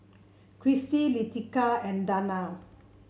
Chrissie Leticia and Darnell